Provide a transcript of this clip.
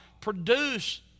Produce